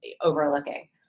overlooking